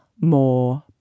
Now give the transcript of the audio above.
more